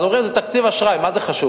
אז אומרים: זה תקציב אשראי, מה זה חשוב.